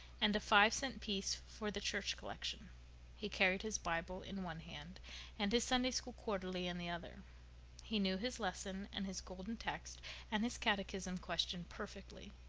and a five-cent piece for the church collection he carried his bible in one hand and his sunday school quarterly in the other he knew his lesson and his golden text and his catechism question perfectly.